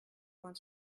want